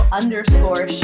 underscore